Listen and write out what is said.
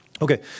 Okay